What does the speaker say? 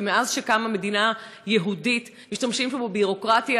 כי מאז קמה מדינה יהודית משתמשים פה בביורוקרטיה